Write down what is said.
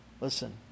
Listen